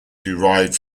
derived